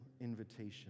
invitation